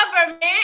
government